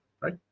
Right